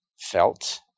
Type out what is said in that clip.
felt